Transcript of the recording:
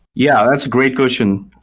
yeah, that's a great question.